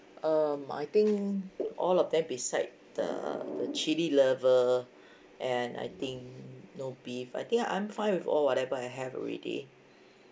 um I think all of that beside the the chilli lover and I think no beef I think I'm fine with all whatever I have already